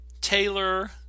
Taylor